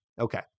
Okay